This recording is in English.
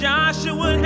Joshua